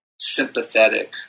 sympathetic